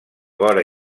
vora